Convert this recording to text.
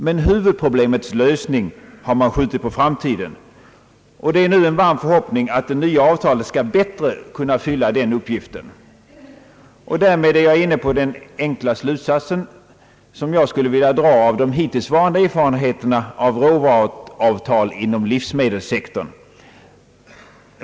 Hu vudproblemets lösning har man emellertid skjutit på framtiden, och det råder nu en varm förhoppning att det nya avtalet bättre skall kunna fylla den uppgiften. Därmed är jag inne på den enkla slutsats som jag skulle vilja dra av de hittillsvarande erfarenheterna av råvaruavtal inom livsmedelssektorn.